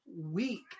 week